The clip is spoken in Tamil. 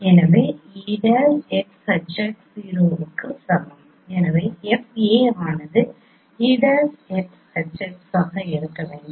எனவே e'XHx 0 க்கு சமம் எனவே FA ஆனது e'XHx ஆக இருக்க வேண்டும்